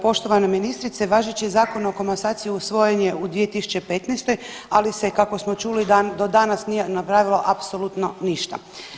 Poštovana ministrice, važeći Zakon o komasaciji usvojen je u 2015. ali se kako smo čuli do danas nije napravilo apsolutno ništa.